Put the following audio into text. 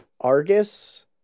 Argus